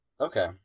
Okay